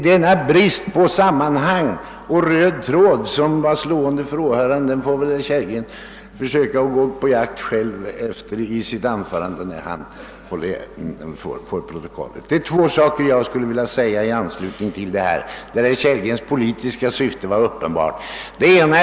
Det sammanhang och den röda tråd i framställningen, som åhörarna förgäves letade efter, får herr Kellgren själv försöka gå på jakt efter när han får protokollet. I anslutning till herr Kellgrens anförande vill jag framhålla två punkter där herr Kellgrens politiska syfte var uppenbart.